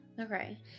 Okay